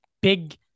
big